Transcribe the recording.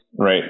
Right